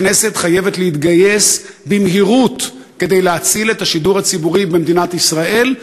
הכנסת חייבת להתגייס במהירות כדי להציל את השידור הציבורי במדינת ישראל.